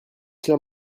cela